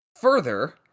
further